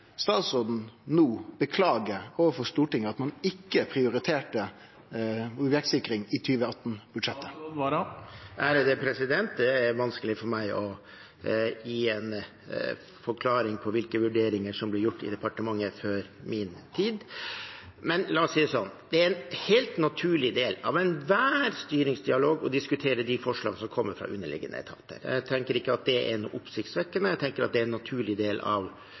statsråden no beklage overfor Stortinget at ein ikkje prioriterte objektsikring i 2018-budsjettet? Det er vanskelig for meg å gi en forklaring på hvilke vurderinger som ble gjort i departementet før min tid. Men la oss si det sånn: Det er en helt naturlig del av enhver styringsdialog å diskutere de forslag som kommer fra underliggende etater. Jeg tenker ikke at det er noe oppsiktsvekkende. Jeg tenker at det er en naturlig del